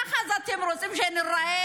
אז ככה אתם רוצים שניראה,